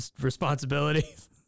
responsibilities